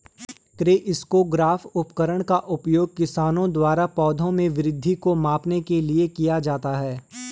crescograph उपकरण का उपयोग किसानों द्वारा पौधों में वृद्धि को मापने के लिए किया जाता है